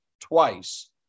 twice